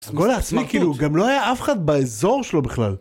גול עצמי. כאילו גם לא היה אף אחד באזור שלו בכלל